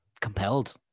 compelled